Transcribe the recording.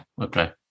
Okay